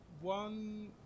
one